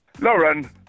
Lauren